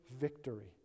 victory